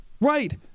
Right